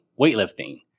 weightlifting